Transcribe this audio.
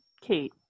Kate